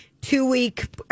two-week